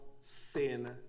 sin